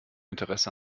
interesse